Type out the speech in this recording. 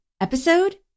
Episode